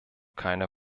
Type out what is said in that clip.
keine